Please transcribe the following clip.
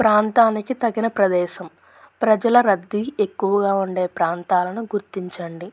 ప్రాంతానికి తగిన ప్రదేశం ప్రజల రద్దీ ఎక్కువగా ఉండే ప్రాంతాలను గుర్తించండి